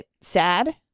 Sad